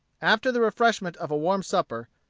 after the refreshment of a warm supper,